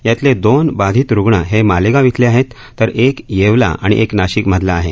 यातले दोन बाधीत रुग्ण हे मालेगाव इथले आहेत तर एक येवला आणि एक नाशिक मधला आहे